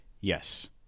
Yes